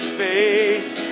face